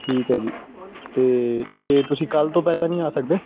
ਠੀਕ ਹੈ ਜੀ ਅਤੇ ਇਹ ਤੁਸੀਂ ਕੱਲ੍ਹ ਤੋਂ ਪਹਿਲਾਂ ਨਹੀਂ ਆ ਸਕਦੇ